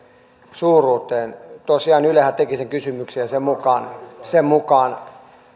suuruuteen tosiaan ylehän teki sen kysymyksen ja sen